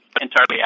entirely